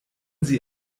sie